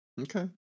Okay